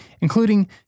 including